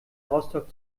rostock